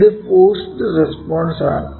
ഇത് forced response ആണ്